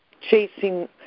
chasing